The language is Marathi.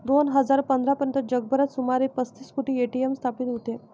दोन हजार पंधरा पर्यंत जगभरात सुमारे पस्तीस कोटी ए.टी.एम स्थापित होते